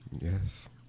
yes